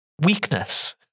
weakness